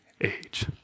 age